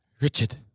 Richard